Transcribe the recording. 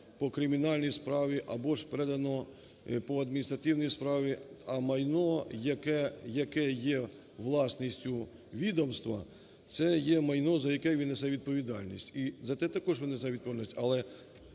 по кримінальній справі або ж передано по адміністративній справі, а майно, яке є власністю відомства, – це є майно, за яке він несе відповідальність. І за те також він несе відповідальність, але